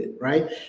right